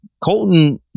Colton